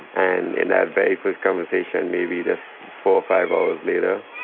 and in that very first conversation, maybe just four or five hours later,